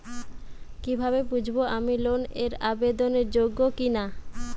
কীভাবে বুঝব আমি লোন এর আবেদন যোগ্য কিনা?